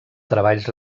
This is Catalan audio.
treballs